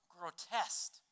grotesque